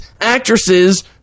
actresses